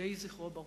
יהי זכרו ברוך.